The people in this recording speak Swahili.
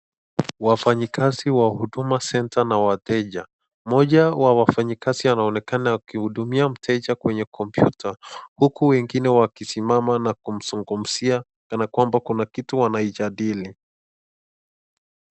Wafanyi kazi wa huduma center na wateja. Moja wa wafanyi kazi anaonekana akihudumia mteja kwenye computer ,huku wengine wakisimama na kumsungumzia kana kwamba kuna kitu wanaijadili.